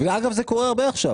ואגב זה קורה הרבה עכשיו